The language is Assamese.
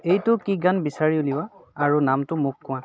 এইটো কি গান বিচাৰি উলিওৱা আৰু নামটো মোক কোৱা